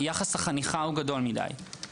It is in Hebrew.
יחס החניכה הוא גדול מדי,